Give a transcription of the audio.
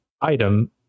item